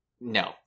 no